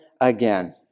again